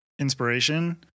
inspiration